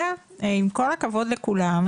עם כל הכבוד לכולם לא קרן העושר